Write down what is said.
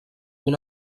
una